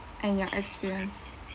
and your experience